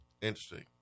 Interesting